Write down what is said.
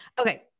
Okay